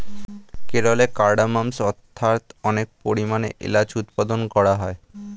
কেরলে কার্ডমমস্ অর্থাৎ অনেক পরিমাণে এলাচ উৎপাদন করা হয়